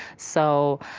so,